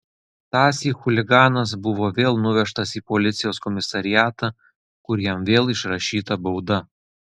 tąsyk chuliganas buvo vėl nuvežtas į policijos komisariatą kur jam vėl išrašyta bauda